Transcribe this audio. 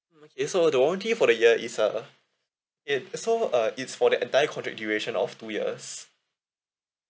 mm okay so the warranty for the year is uh K so uh it's for the entire contract duration of two years